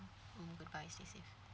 goodbye stay safe